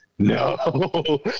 No